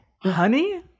Honey